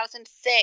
2006